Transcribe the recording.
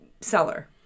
Seller